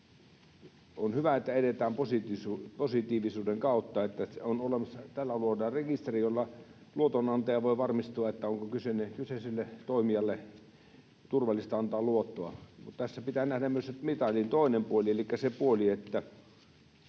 on hyvä, että edetään positiivisuuden kautta — niin, että tällä luodaan rekisteri, jolla luotonantaja voi varmistua, onko kyseiselle toimijalle turvallista antaa luottoa — mutta tässä pitää nähdä myös mitalin toinen puoli, elikkä se puoli, että